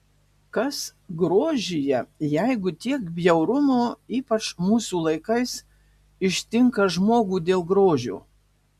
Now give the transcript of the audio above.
kas grožyje jeigu tiek bjaurumo ypač mūsų laikais ištinka žmogų dėl grožio